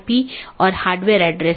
तो यह एक पूर्ण meshed BGP सत्र है